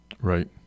right